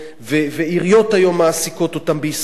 ועיריות היום מעסיקות אותם בישראל,